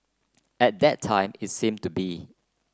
at that time it seemed to be